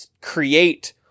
create